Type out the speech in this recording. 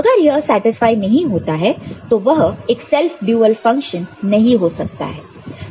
अगर यह सेटिस्फाई नहीं होता है तो वह एक सेल्फ ड्युअल फंक्शन नहीं हो सकता है